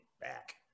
back